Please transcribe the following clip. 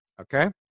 Okay